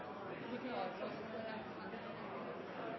nå. Men